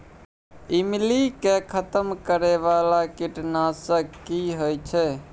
ईमली के खतम करैय बाला कीट नासक की होय छै?